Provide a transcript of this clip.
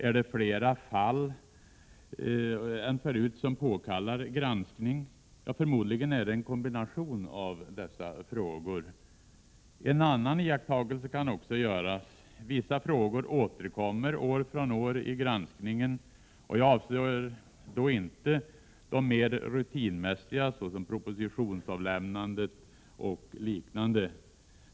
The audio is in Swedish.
Är det flera fall än förut som påkallar granskning? Förmodligen är det en kombination av dessa frågor. En annan iakttagelse kan också göras. Vissa frågor återkommer år efter år i granskningen. Jag avser då inte de mer rutinmässiga, såsom propositionsavlämnandet och liknande.